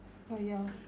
oh ya